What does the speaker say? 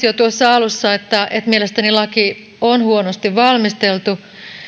jo tuossa alussa että mielestäni laki on huonosti valmisteltu